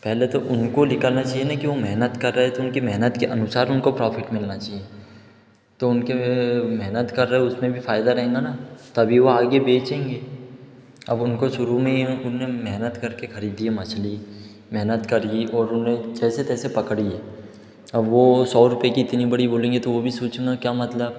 पहले तो उनको निकलना चाहिए ना कि वो मेहनत कर रहे थे उनकी मेहनत के अनुसार उनको प्रॉफिट मिलना चाहिए तो उनके मेहनत कर रहे उसमें भी फ़अयदा रहेगा ना तभी वह आगे बेचेंगे अब उनको शुरू में ही उन्होंने मेहनत कर के ख़रीदी है मछली मेहनत करी और उन्होंने जैसे तैसे पकड़ी है अब वो सौ रुपये की इतनी बड़ी बोलेंगे तो वो भी सोचेंगा क्या मतलब